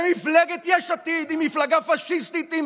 ומפלגת יש עתיד היא מפלגה פשיסטית עם